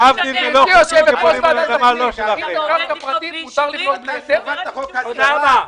אמר האיש שסידר את חוק ההסדרה.